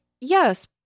yes